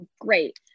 great